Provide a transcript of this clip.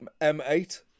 m8